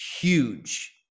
huge